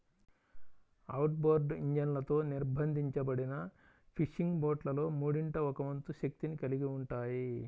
outboard ఇంజన్లతో నిర్బంధించబడిన fishing బోట్లలో మూడింట ఒక వంతు శక్తిని కలిగి ఉంటాయి